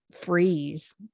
freeze